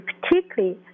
particularly